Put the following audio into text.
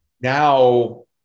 Now